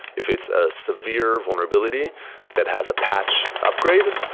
if it's a severe vulnerability that has a patch upgrade,